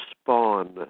spawn